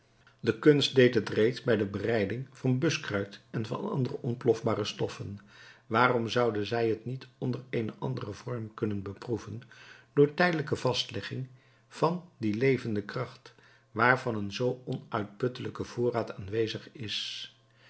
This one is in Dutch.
de kunst deed het reeds bij de bereiding van buskruid en van andere ontplofbare stoffen waarom zoude zij het niet onder eenen anderen vorm kunnen beproeven door tijdelijke vastlegging van die levende kracht waarvan een zoo onuitputtelijke voorraad aanwezig is